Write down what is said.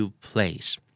place